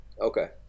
Okay